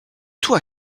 toi